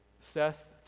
Seth